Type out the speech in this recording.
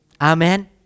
Amen